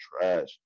trash